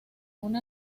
una